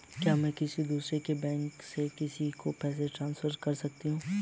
क्या मैं किसी दूसरे बैंक से किसी को पैसे ट्रांसफर कर सकती हूँ?